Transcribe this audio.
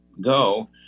go